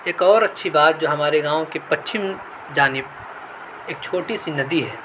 ایک اور اچھی بات جو ہمارے گاؤں کے پچھم جانب ایک چھوٹی سی ندی ہے